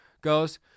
goes